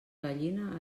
gallina